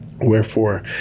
Wherefore